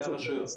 כן.